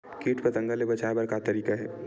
कीट पंतगा ले बचाय बर का तरीका हे?